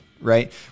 right